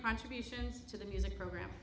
contributions to the music program